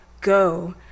go